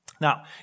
Now